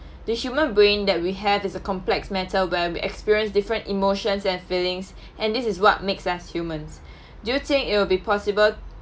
the human brain that we have is a complex matter where we experienced different emotions and feelings and this is what makes us humans do you think it will be possible